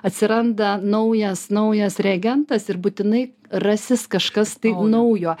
atsiranda naujas naujas reagentas ir būtinai rasis kažkas tai naujo